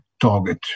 target